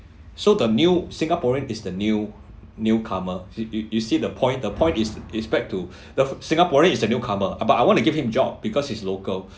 so the new singaporean is the new newcomer you you you see the point the point is it's back to the singaporean is the newcomer ah but I want to give him job because he's local